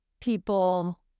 people